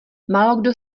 málokdo